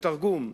והתרגום הוא: